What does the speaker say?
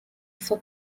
for